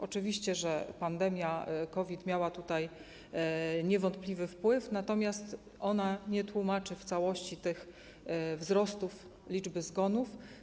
Oczywiście, że pandemia COVID miała na to niewątpliwy wpływ, natomiast ona nie tłumaczy w całości tych wzrostów liczby zgonów.